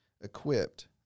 equipped